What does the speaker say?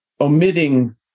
omitting